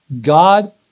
God